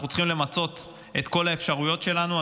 אנחנו צריכים למצות את כל האפשרויות שלנו.